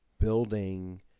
building